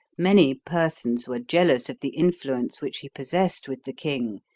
many persons were jealous of the influence which he possessed with the king,